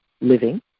living